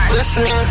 listening